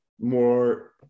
more